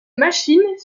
machines